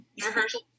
rehearsal